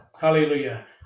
Hallelujah